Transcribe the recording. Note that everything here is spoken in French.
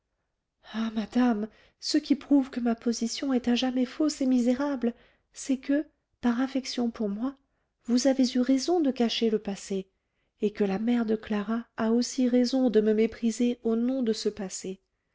ah madame ce qui prouve que ma position est à jamais fausse et misérable c'est que par affection pour moi vous avez eu raison de cacher le passé et que la mère de clara a aussi raison de me mépriser au nom de ce passé